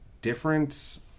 difference